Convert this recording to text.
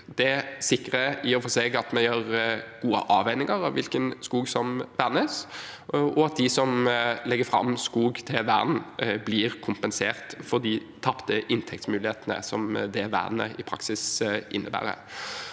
Det sikrer i og for seg at vi gjør gode avveininger om hvilken skog som vernes, og at de som legger fram skog til vern, blir kompensert for de tapte inntektsmulighetene som det vernet i praksis innebærer.